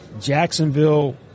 Jacksonville